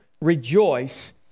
rejoice